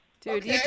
Dude